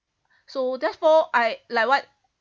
so therefore I like what